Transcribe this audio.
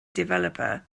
developer